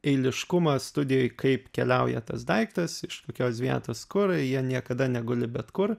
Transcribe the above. eiliškumą studijoj kaip keliauja tas daiktas iš tokios vietos kur jie niekada neguli bet kur